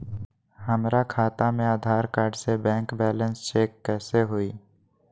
हमरा खाता में आधार कार्ड से बैंक बैलेंस चेक कैसे हुई?